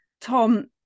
Tom